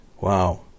wow